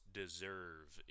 deserve